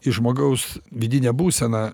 į žmogaus vidinę būseną